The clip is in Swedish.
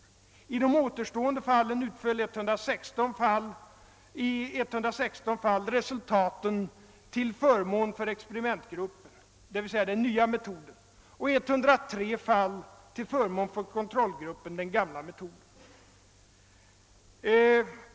Beträffande de återstående fallen utföll resultaten i 116 till förmån för experimentgruppen, dvs. den nya metoden, och i 103 till förmån för kontrollgruppen, den gamla metoden.